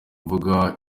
mvuga